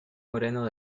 moreno